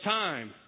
time